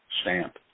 stamp